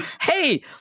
hey